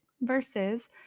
versus